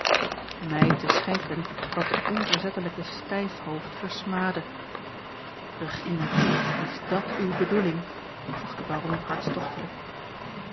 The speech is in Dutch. mij te schenken wat de onverzettelijke stijfhoofd versmaadde regina is dat uwe bedoeling vroeg de baron